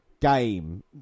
game